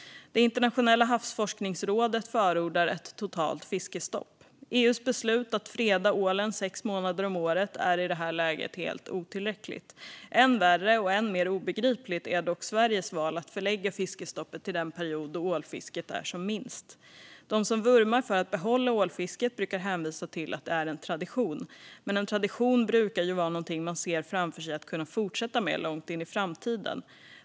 Internationella havsforskningsrådet förordar ett totalt fiskestopp. EU:s beslut att freda ålen sex månader om året är i det här läget helt otillräckligt. Än värre, och än mer obegripligt, är dock Sveriges val att förlägga fiskestoppet till den period då ålfisket är som minst. De som vurmar för att behålla ålfisket brukar hänvisa till att det är en tradition. Men en tradition brukar vara något man ser framför sig kunna fortsätta med långt in i framtiden.